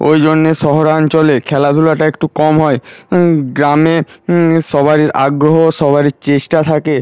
ওই জন্যে শহরাঞ্চলে খেলাধুলাটা একটু কম হয় গ্রামে সবারই আগ্রহ সবারই চেষ্টা থাকে